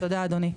תודה אדוני.